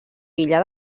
illa